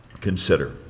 consider